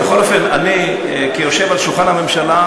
בכל אופן, אני, כיושב ליד שולחן הממשלה,